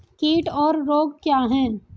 कीट और रोग क्या हैं?